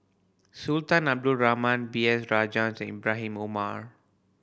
Sultan Abdul Rahman B S Rajhans Ibrahim Omar